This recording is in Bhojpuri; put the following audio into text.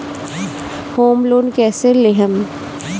होम लोन कैसे लेहम?